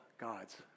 God's